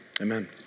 amen